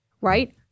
right